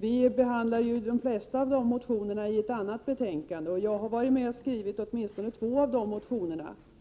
Vi behandlar de flesta av dessa motioner i ett annat betänkande. Jag har varit med och skrivit åtminstone två av dessa motioner.